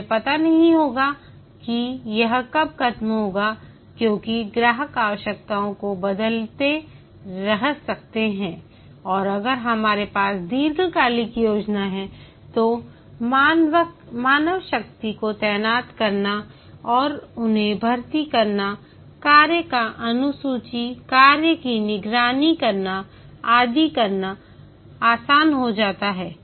हमें पता नहीं होगा कि यह कब खत्म होगा क्योंकि ग्राहक आवश्यकताओं को बदलते रह सकते हैं और अगर हमारे पास दीर्घकालिक योजना है तो मानवशक्ति को तैनात करना उन्हें भर्ती करना कार्य का अनुसूची कार्य की निगरानी करना आदी करना आसान हो जाता है